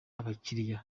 abakiliya